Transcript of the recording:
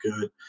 good